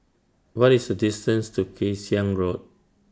What IS The distance to Kay Siang Road